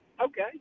Okay